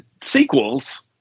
sequels